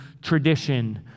Tradition